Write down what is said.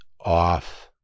off